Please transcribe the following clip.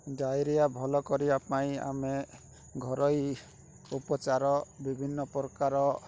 diarrhoea ଭଲ କରିବା ପାଇଁ ଆମେ ଘରୋଇ ଉପଚାର ବିଭିନ୍ନ ପ୍ରକାର